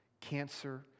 cancer